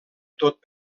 tot